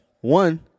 One